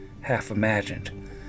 half-imagined